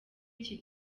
iki